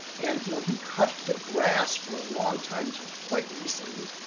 and you know, he cut the grass for a long time, until quite recently,